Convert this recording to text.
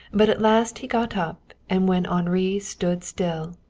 but at last he got up and when henri stood still,